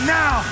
now